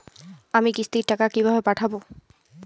আমি কিস্তির টাকা কিভাবে পাঠাব?